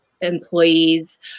employees